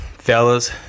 Fellas